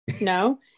no